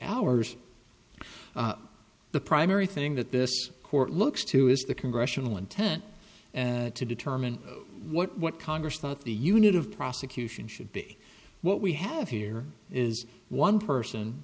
hours the primary thing that this court looks to is the congressional intent to determine what congress thought the unit of prosecution should be what we have here is one person